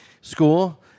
school